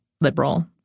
liberal